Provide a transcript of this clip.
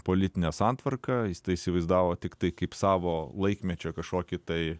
politinė santvarka jis tai įsivaizdavo tiktai kaip savo laikmečio kažkokį tai